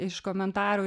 iš komentarų